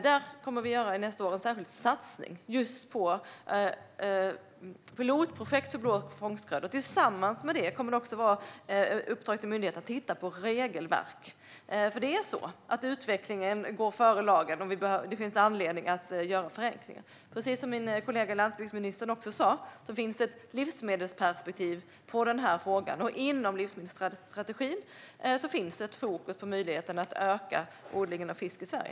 Nästa år kommer vi att göra en särskild satsning på just pilotprojekt på blå fångstgrödor. Dessutom kommer myndigheten att få i uppdrag att titta på regelverk. Utvecklingen ligger nämligen före lagen. Och det finns anledning att göra förenklingar. Precis som min kollega, landsbygdsministern, sa finns det också ett livsmedelsperspektiv på frågan. Och inom livsmedelsstrategin finns det fokus på möjligheten att öka odlingen av fisk i Sverige.